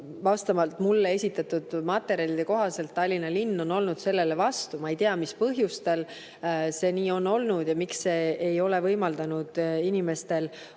vastavalt mulle esitatud materjalidele on Tallinna linn olnud sellele vastu. Ma ei tea, mis põhjustel see nii on olnud, miks ei ole võimaldatud inimestel oma